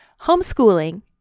Homeschooling